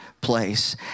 place